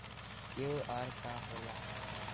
QR का होला?